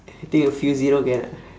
think a few zero can ah